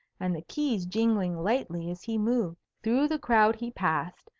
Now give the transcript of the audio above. and the keys jingling lightly as he moved. through the crowd he passed,